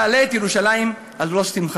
אם לא אעלה את ירושלם על ראש שמחתי".